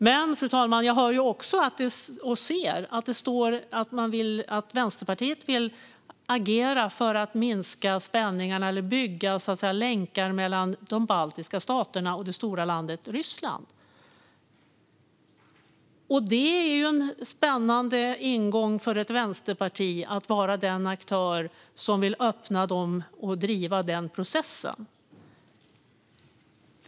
Fru talman! Jag ser också att Vänsterpartiet vill agera för att minska spänningarna eller bygga länkar mellan de baltiska staterna och det stora landet Ryssland. Det är en spännande ingång för ett vänsterparti att vara den aktör som vill öppna och driva den processen.